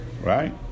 Right